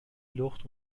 لخت